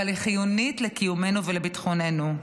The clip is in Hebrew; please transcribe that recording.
אבל היא חיונית לקיומנו ולביטחוננו.